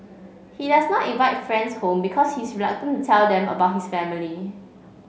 he does not invite friends home because he is reluctant to tell them about his family